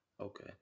Okay